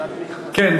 כן,